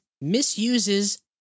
misuses